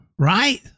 right